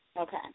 Okay